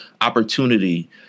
opportunity